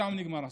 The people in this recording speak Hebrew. שם נגמר הסיפור.